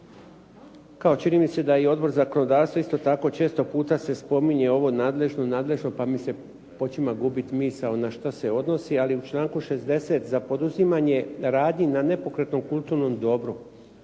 kao čini mi se da je i Odbor za zakonodavstvo isto tako često puta se spominje ovo nadležno, nadležno pa mi se počinje gubiti misao na što se odnosi, ali u članku 60. za poduzimanje radnji na nepokretnom kulturnom dobru.